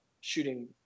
shooting